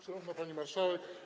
Szanowna Pani Marszałek!